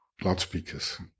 loudspeakers